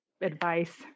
advice